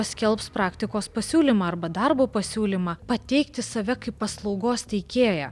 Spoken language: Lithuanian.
paskelbs praktikos pasiūlymą arba darbo pasiūlymą pateikti save kaip paslaugos teikėją